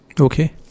Okay